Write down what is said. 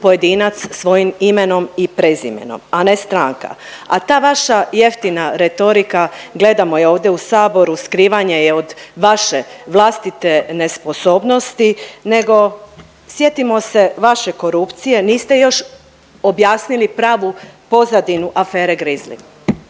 pojedinac svojim imenom i prezimenom, a ne stranka. A ta vaša jeftina retorika gledamo je ovdje u Saboru, skrivanje je od vaše vlastite nesposobnosti. Nego sjetimo se vaše korupcije niste još objasnili pravu pozadinu afere Grizli.